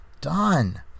done